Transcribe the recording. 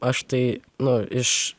aš tai nu iš